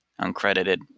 uncredited